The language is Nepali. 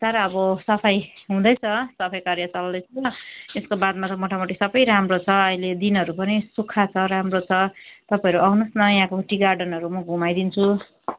तर अब सफाइ हुँदैछ सफाइ कार्य चल्दैछ यसको बादमा त मोटामोटी सबै राम्रो छ अहिले दिनहरू पनि सुक्खा छ राम्रो छ तपाईँहरू आउनुहोस् न यहाँको टी गार्डनहरू म घुमाइदिन्छु